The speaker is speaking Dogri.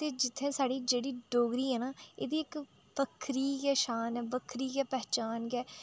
ते जि'त्थें साढ़ी जेह्ड़ी डोगरी ऐ ना एह्दी इक बक्खरी गै शान ऐ बक्खरी गै पहचान ऐ